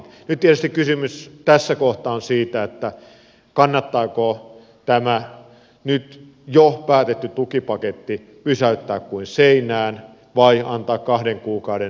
nyt tietysti kysymys tässä kohtaa on siitä kannattaako tämä nyt jo päätetty tukipaketti pysäyttää kuin seinään vai antaa kahden kuukauden lisäaika